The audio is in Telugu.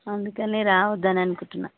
అందుకని రావద్దని అనుకుంటున్నాను